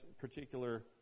particular